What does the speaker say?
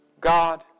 God